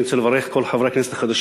אני רוצה לברך את כל חברי הכנסת החדשים